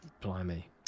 Blimey